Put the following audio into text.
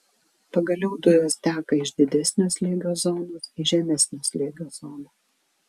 pagaliau dujos teka iš didesnio slėgio zonos į žemesnio slėgio zoną